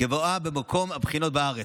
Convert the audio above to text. כבאה במקום הבחינות בארץ,